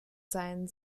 sein